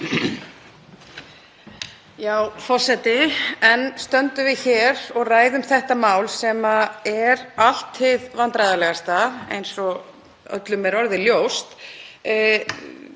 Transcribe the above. Forseti. Enn stöndum við hér og ræðum þetta mál sem er allt hið vandræðalegasta eins og öllum er orðið ljóst.